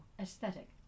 aesthetic